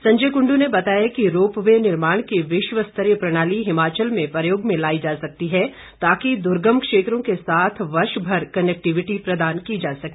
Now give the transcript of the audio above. संजय कृंडू ने बताया कि रोप वे निर्माण की विश्व स्तरीय प्रणाली हिमाचल में प्रयोग में लाई जा सकती है ताकि दुर्गम क्षेत्रों के साथ वर्षभर कनेक्टिवीटी प्रदान की जा सके